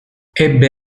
ebbe